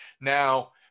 Now